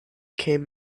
came